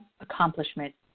accomplishment